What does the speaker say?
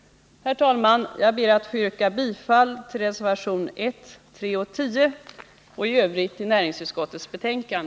Herr talman! Jag ber att få yrka bifall till reservationerna 1, 3 och 10 och i Övrigt till näringsutskottets hemställan.